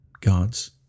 God's